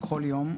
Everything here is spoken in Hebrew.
כל יום,